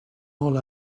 all